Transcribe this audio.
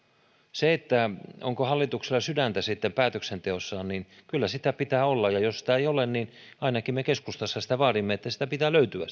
siitä onko hallituksella sitten sydäntä päätöksenteossaan kyllä sitä pitää olla ja jos sitä ei ole niin ainakin me keskustassa sitä vaadimme että sitä pitää löytyä